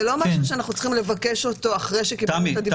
זה לא משהו שאנחנו צריכים לבקש אותו אחרי שקיבלנו את הדיווח,